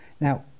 Now